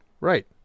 right